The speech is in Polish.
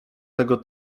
tego